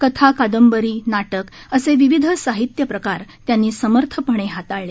कथा कादंबरी नाटक असे विविध साहित्यप्रकार त्यांनी समर्थपणे हाताळले